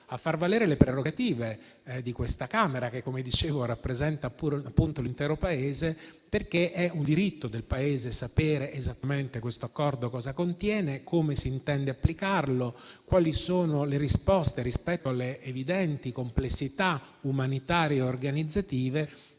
far valere le prerogative di questa Camera che, come dicevo, rappresenta l’intero Paese, perché è un diritto del Paese sapere esattamente questo accordo cosa contiene, come si intende applicarlo, quali sono le risposte rispetto alle evidenti complessità umanitarie e organizzative.